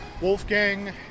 Wolfgang